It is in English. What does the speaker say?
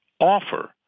offer